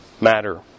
matter